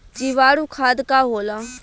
जीवाणु खाद का होला?